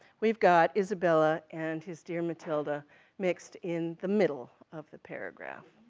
we've got isabella and his dear matilda mixed in the middle of the paragraph,